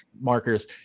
markers